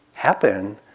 happen